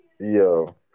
Yo